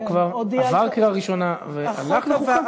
החוק כבר עבר בקריאה ראשונה ועבר לחוקה?